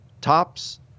tops